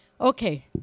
Okay